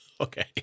Okay